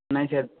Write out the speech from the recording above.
ନାହିଁ ସାର୍